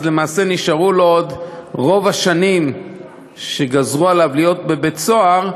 למעשה נשארו לו עוד רוב השנים שגזרו עליו להיות בבית-סוהר,